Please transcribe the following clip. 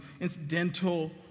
incidental